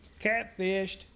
Catfished